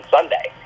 Sunday